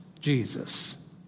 Jesus